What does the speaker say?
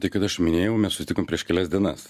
tai kada aš minėjau mes susitikom prieš kelias dienas